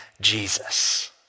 Jesus